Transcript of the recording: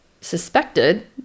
suspected